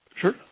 Sure